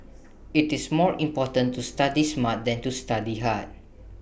IT is more important to study smart than to study hard